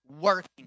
working